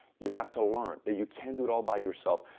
you have to learn that you can't do it all by yourself,